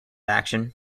action